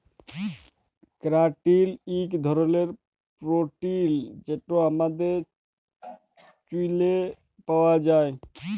ক্যারাটিল ইক ধরলের পোটিল যেট আমাদের চুইলে পাউয়া যায়